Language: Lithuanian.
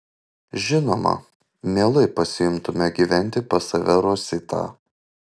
žinoma mielai pasiimtume gyventi pas save rositą